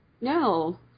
No